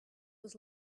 was